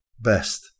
best